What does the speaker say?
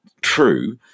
true